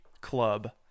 Club